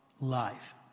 life